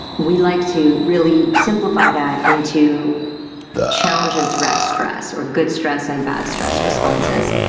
we like to really simplify that into challenge and threat stress, or good stress and bad stress responses.